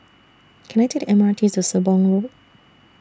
Can I Take M R T to Sembong Road